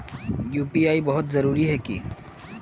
UPI बहुत जरूरी है की?